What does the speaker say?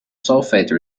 sulfate